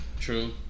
True